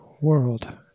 world